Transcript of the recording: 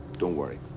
don't worry.